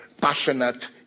passionate